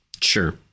Sure